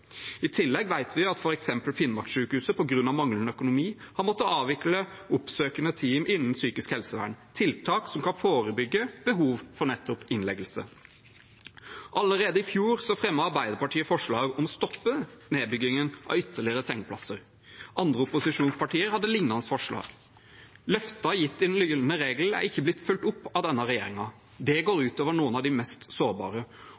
I tillegg vet vi at f.eks. Finnmarkssykehuset på grunn av manglende økonomi har måttet avvikle oppsøkende team innen psykisk helsevern, tiltak som kan forebygge behov for nettopp innleggelse. Allerede i fjor fremmet Arbeiderpartiet forslag om å stoppe nedbyggingen av ytterligere sengeplasser. Andre opposisjonspartier hadde lignende forslag. Løfter gitt om den gylne regel er ikke blitt fulgt opp av denne regjeringen. Det går ut over noen av de mest sårbare.